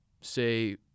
say